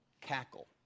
cackle